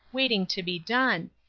waiting to be done,